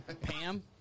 Pam